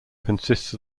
consists